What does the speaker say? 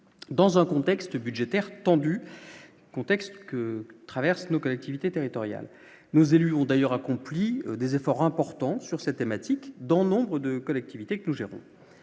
dans un contexte budgétaire tendue contexte que traversent nos collectivités territoriales, nos élus ont d'ailleurs accompli des efforts importants sur cette thématique dans nombre de collectivités que nous gérons,